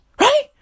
Right